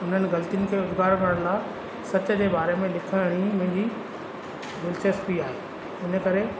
उन्हनि ग़लतियुनि खे बार बार न सच जे बारे में लिखण ई मुंजी दिलचस्पी आहे इन करे